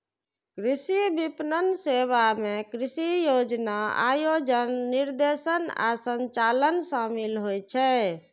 कृषि विपणन सेवा मे कृषि योजना, आयोजन, निर्देशन आ संचालन शामिल होइ छै